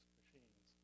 machines